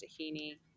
tahini